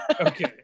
Okay